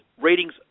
ratings